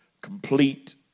complete